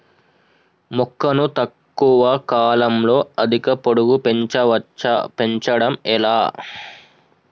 మొక్కను తక్కువ కాలంలో అధిక పొడుగు పెంచవచ్చా పెంచడం ఎలా?